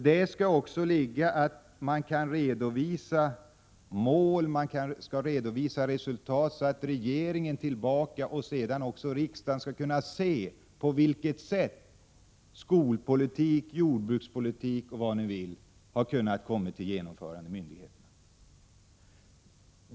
Detta skall också innebära att man skall kunna redovisa mål och resultat, så att regering och riksdag kan se tillbaka och bilda sig en uppfattning om på vilket sätt myndigheterna har lyckats genomföra skolpolitiken, jordbrukspolitiken osv.